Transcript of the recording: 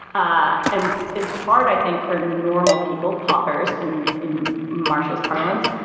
ah and it's hard, i think, for normal people. popper's, in in marcia's parlance,